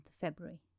February